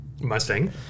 Mustang